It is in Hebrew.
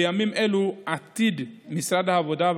בימים אלו עתיד משרד העבודה,